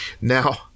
Now